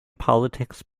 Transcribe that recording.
politics